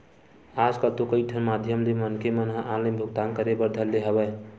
आजकल तो कई ठन माधियम ले मनखे मन ह ऑनलाइन भुगतान करे बर धर ले हवय